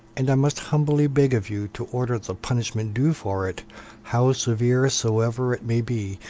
and i must humbly beg of you to order the punishment due for it how severe soever it may be,